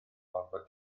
orfod